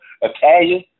Italian